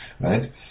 right